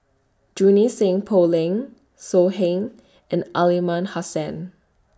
Junie Sng Poh Leng So Heng and Aliman Hassan